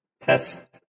Test